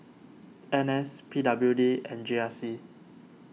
N S P W D and G R C